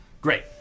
Great